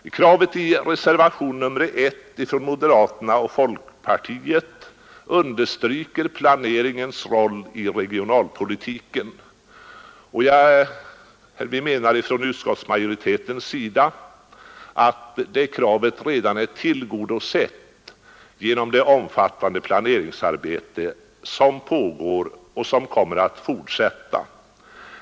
Det krav som framförs i reservationen 1 av representanter för folkpartiet och moderata samlingspartiet understryker planeringens roll i regionalpolitiken. Utskottsmajoriteten anser att detta krav redan är tillgodosett genom det omfattande planeringsarbete som pågår och kommer att fortsätta.